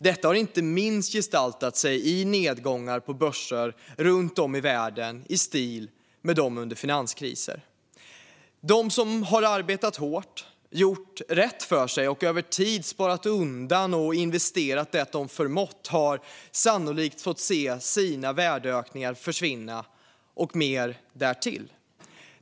Detta har inte minst gestaltat sig i nedgångar på börser runt om i världen i stil med nedgångar under finanskriser. De som har arbetat hårt, gjort rätt för sig och över tid sparat undan och investerat det de förmått har sannolikt fått se sina värdeökningar och mer därtill försvinna.